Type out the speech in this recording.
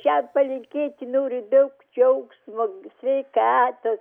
jam palinkėti noriu daug džiaugsmo sveikatos